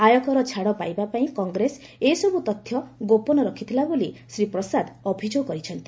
ଆୟକର ଛାଡ଼ ପାଇବା ପାଇଁ କଂଗ୍ରେସ ଏସବୃ ତଥ୍ୟ ଗୋପନ ରଖିଥିଲା ବୋଲି ଶ୍ରୀ ପ୍ରସାଦ ଅଭିଯୋଗ କରିଛନ୍ତି